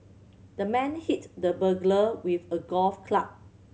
the man hit the burglar with a golf club